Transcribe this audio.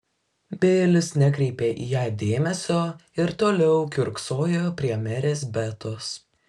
bilis nekreipė į ją dėmesio ir toliau kiurksojo prie merės betos